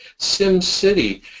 SimCity